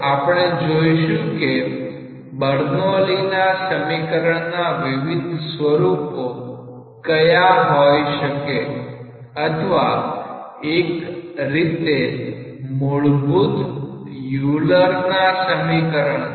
હવે આપણે જોઈશું કે બર્નોલીના સમીકરણના વિવિધ સ્વરૂપો કયા હોય શકે અથવા એક રીતે મૂળભૂત યુલરના સમીકરણના